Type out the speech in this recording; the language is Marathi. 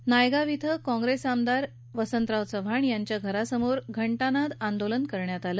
तर नायगांव इथ काँप्रेस आमदार श्री वसंतराव चव्हाण यांच्या घरासमोर घंटानाद आंदोलन करण्यात आलं